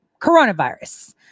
coronavirus